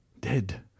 Dead